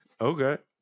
Okay